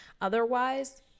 Otherwise